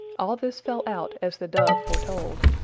all this fell out as the dove foretold.